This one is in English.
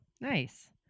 nice